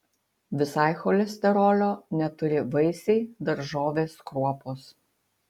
visai cholesterolio neturi vaisiai daržovės kruopos